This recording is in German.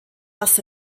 was